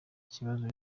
kibazo